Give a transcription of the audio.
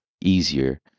easier